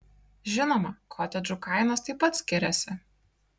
žinoma kotedžų kainos taip pat skiriasi